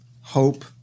hope